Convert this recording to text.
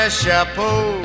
chapeau